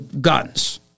guns